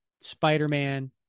spider-man